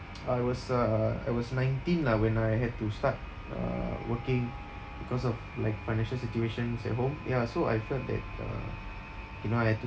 I was uh I was nineteen lah when I had to start uh working because of like financial situations at home ya so I felt that uh you know I had to